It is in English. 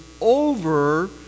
over